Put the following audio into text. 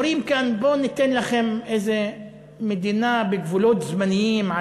אומרים כאן: בואו ניתן לכם איזה מדינה בגבולות זמניים,